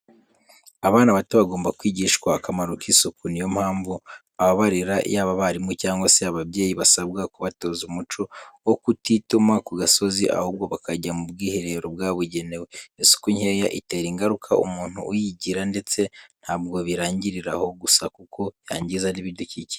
Abana bato bagomba kwigishwa akamaro k'isuku. Niyo mpamvu ababarera yaba abarimu cyangwa se ababyeyi basabwa kubatoza umuco wo kutituma ku gasozi, ahubwo bakajya mu bwiherero bwabugenewe. Isuku nkeya itera ingaruka umuntu uyigira ndetse ntabwo birangirira aho gusa kuko yangiza n'ibidukikije.